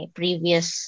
previous